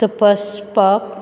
तपासपाक